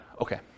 Okay